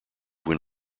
when